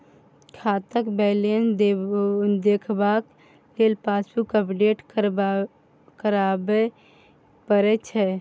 खाताक बैलेंस देखबाक लेल पासबुक अपडेट कराबे परय छै